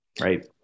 right